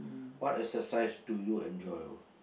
what exercise do you enjoy